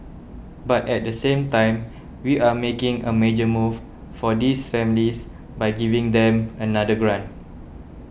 but at the same time we are making a major move for these families by giving them another grant